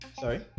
sorry